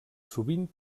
sovint